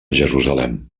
jerusalem